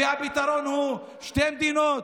והפתרון הוא שתי מדינות,